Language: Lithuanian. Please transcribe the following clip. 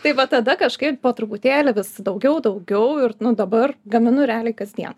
tai va tada kažkaip po truputėlį vis daugiau daugiau ir nu dabar gaminu realiai kasdien